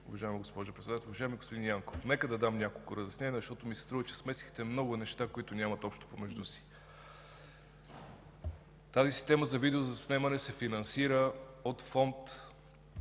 уважаема госпожо Председател. Уважаеми господин Янков, нека да дам няколко разяснения, защото ми се струва, че смесихте много неща, които нямат общо помежду си. Тази система за видеозаснемане се финансира от фонд,